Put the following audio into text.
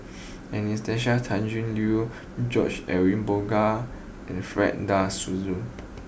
Anastasia Tjendri Liew George Edwin Bogaars and Fred De Souza